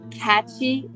catchy